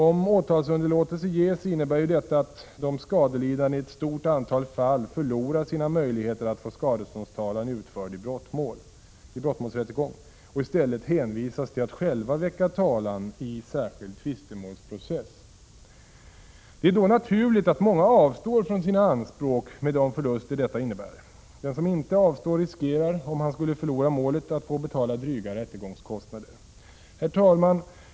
Om åtalsunderlåtelse ges innebär ju detta att de skadelidande i ett stort antal fall förlorar sina möjligheter att få skadeståndstalan utförd i brottmålsrättegång och i stället hänvisas till att själva väcka talan i särskild tvistemålsprocess. Det är då naturligt att många avstår från sina anspråk med de förluster detta innebär. Den som inte avstår riskerar, om han skulle förlora målet, att få betala dryga rättegångskostnader. Herr talman!